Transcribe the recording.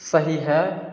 सही है